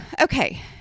Okay